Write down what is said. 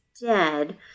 dead